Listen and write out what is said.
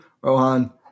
Rohan